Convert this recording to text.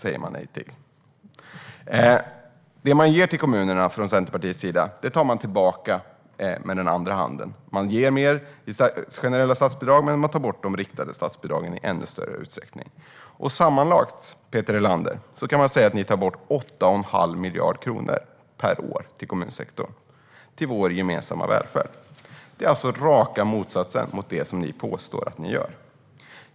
Det man med den ena handen ger till kommunerna från Centerpartiets sida tar man tillbaka med den andra handen. Man ger mer generella statsbidrag, men man tar i ännu större utsträckning bort de riktade statsbidragen. Sammanlagt, Peter Helander, kan man säga att ni tar bort 8 1⁄2 miljarder kronor per år från kommunsektorn, från vår gemensamma välfärd. Det är alltså raka motsatsen till det som ni påstår att ni gör.